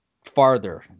farther